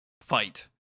fight